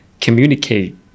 communicate